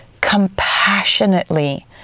compassionately